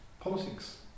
Politics